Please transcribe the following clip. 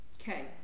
okay